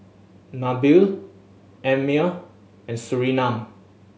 Nabil Ammir and Surinam